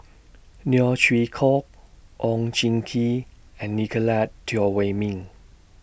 Neo Chwee Kok Oon Jin Gee and Nicolette Teo Wei Min